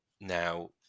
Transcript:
Now